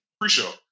Pre-show